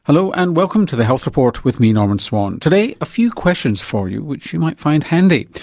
hello and welcome to the health report with me, norman swan. today a few questions for you which you might find handy.